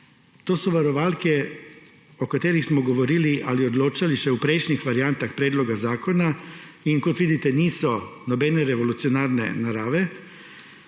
To so varovalke, o katerih smo govorili ali odločali še v prejšnjih variantah predloga zakona, in kot vidite niso nobene revolucionarne narave,